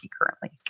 currently